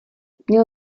měl